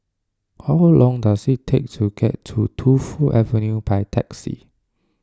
how long does it take to get to Tu Fu Avenue by taxi